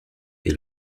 est